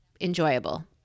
enjoyable